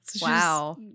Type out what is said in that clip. Wow